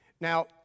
Now